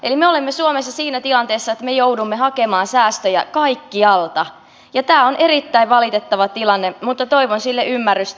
eli me olemme suomessa siinä tilanteessa että me joudumme hakemaan säästöjä kaikkialta ja tämä on erittäin valitettava tilanne mutta toivon sille ymmärrystä